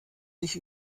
sich